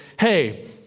hey